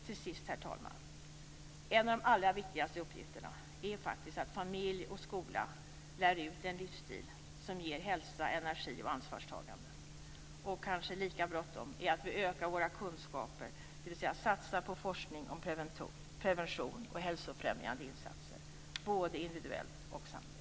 Till sist, herr talman: En av de allra viktigaste uppgifterna är faktiskt att familj och skola lär ut en livsstil som ger hälsa, energi och ansvarstagande. Kanske lika bråttom är det att vi ökar våra kunskaper, dvs. satsar på forskning om prevention och hälsofrämjande insatser, både individuellt och samhälleligt.